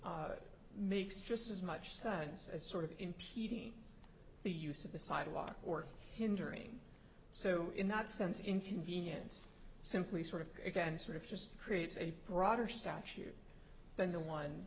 it makes just as much sense as sort of impeding the use of a sidewalk or hindering so in that sense inconvenience simply sort of again sort of just creates a broader statute than the one